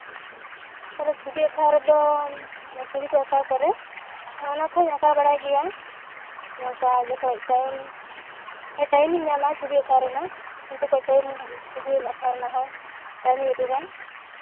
ᱛᱚᱵᱮ ᱪᱷᱚᱵᱤ ᱟᱸᱠᱟᱣ ᱨᱮᱫᱚ ᱪᱷᱚᱵᱤ ᱠᱚ ᱟᱸᱠᱟᱣ ᱠᱚᱨᱮ ᱦᱮᱸ ᱚᱱᱟ ᱠᱚᱦᱚᱸᱧ ᱟᱸᱠᱟᱣ ᱵᱟᱲᱟᱭ ᱜᱮᱭᱟ ᱱᱚᱝᱠᱟ ᱡᱚᱠᱷᱚᱡ ᱴᱟᱭᱤᱢ ᱴᱟᱭᱤᱢ ᱤᱧ ᱧᱟᱢᱟ ᱪᱷᱚᱵᱤ ᱟᱸᱠᱟᱣ ᱨᱮᱱᱟᱜ ᱩᱱ ᱡᱚᱠᱷᱚᱡ ᱴᱟᱭᱤᱢ ᱪᱷᱚᱵᱤ ᱟᱸᱠᱟᱣ ᱨᱮᱱᱟᱜ ᱦᱚᱸ ᱴᱟᱭᱤᱢ ᱤᱧ ᱩᱰᱩᱠᱟ